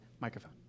microphone